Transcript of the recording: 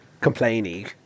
complaining